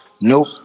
Nope